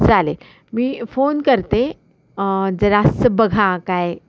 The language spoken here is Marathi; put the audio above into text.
चालेल मी फोन करते जरासं बघा काय